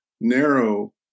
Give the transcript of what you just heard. narrow